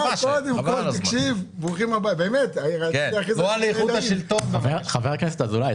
חבר הכנסת אזולאי,